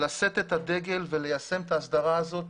לשאת את הדגל וליישם את ההסדרה הזאת.